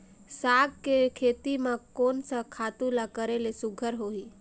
साग के खेती म कोन स खातु ल करेले सुघ्घर होही?